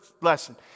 lesson